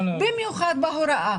במיוחד בהוראה.